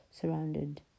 surrounded